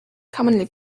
commonly